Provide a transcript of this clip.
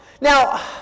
Now